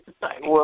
society